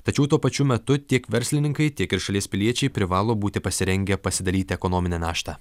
tačiau tuo pačiu metu tiek verslininkai tiek ir šalies piliečiai privalo būti pasirengę pasidalyti ekonominę naštą